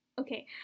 okay